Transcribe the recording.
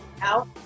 out